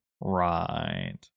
Right